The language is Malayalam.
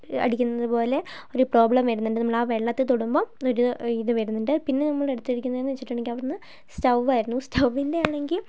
അടിക്കുന്നതുപോലെ ഒരു പ്രോബ്ലം വരുന്നുണ്ട് നമ്മൾ ആ വെള്ളത്തിൽ തൊടുമ്പം ഒരു ഇത് വരുന്നുണ്ട് പിന്നെ നമ്മൾ എടുത്തിരിക്കുന്നത് എന്നു വച്ചിട്ടുണ്ടെങ്കിൽ അവിടെ നിന്ന് സ്റ്റവ് ആയിരുന്നു സ്റ്റവ്വിൻ്റെ ആണെങ്കിൽ